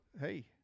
Hey